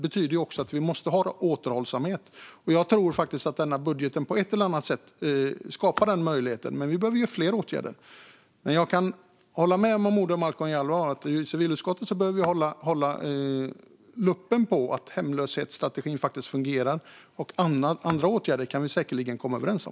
Det betyder också att vi måste vara återhållsamma. Jag tror att den här budgeten på ett eller annat sätt skapar den möjligheten, men det behöver vidtas fler åtgärder. Jag kan hålla med Malcolm Momodou Jallow om att i civilutskottet behöver vi hålla luppen på att hemlöshetsstrategin faktiskt fungerar, och andra åtgärder kan vi säkerligen också komma överens om.